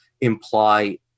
imply